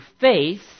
faith